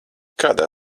kādā